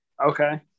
Okay